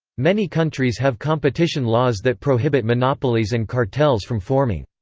many countries have competition laws that prohibit monopolies and cartels from forming.